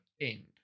end